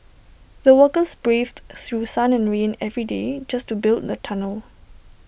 the workers braved through sun and rain every day just to build the tunnel